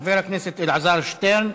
של חבר הכנסת אלעזר שטרן.